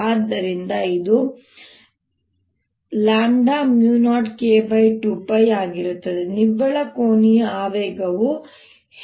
ಆದ್ದರಿಂದ ಇದು 0K2π ಆಗಿರುತ್ತದೆ ನಿವ್ವಳ ಕೋನೀಯ ಆವೇಗವು ಹೇಗೆ ಒಳಗೊಂಡಿರುತ್ತದೆ